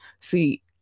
see